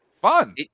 fun